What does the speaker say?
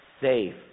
safe